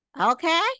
okay